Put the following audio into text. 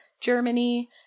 germany